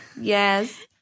Yes